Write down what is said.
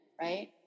right